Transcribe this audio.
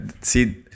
see